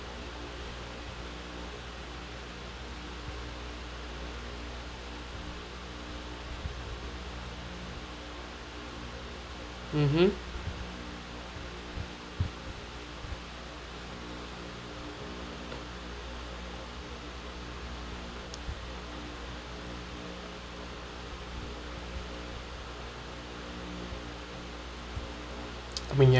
mmhmm I mean ya